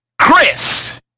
Chris